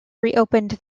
reopened